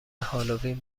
هالوین